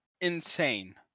insane